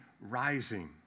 rising